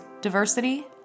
diversity